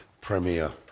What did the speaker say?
premier